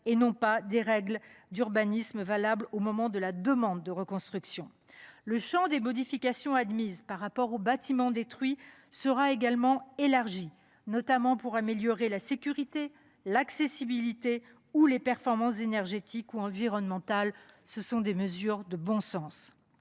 au moment de la construction initiale, et non pas de la demande de reconstruction. Le champ des modifications admises, par rapport au bâtiment détruit, sera également élargi, notamment pour améliorer la sécurité, l’accessibilité ou les performances énergétiques ou environnementales. Ce sont des mesures de bon sens.